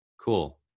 Cool